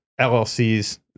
LLCs